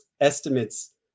estimates